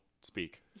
speak